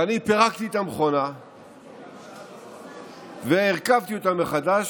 ואני פירקתי את המכונה והרכבתי אותה מחדש.